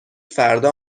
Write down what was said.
فردا